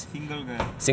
single guy